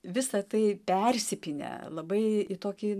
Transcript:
visa tai persipynę labai į tokį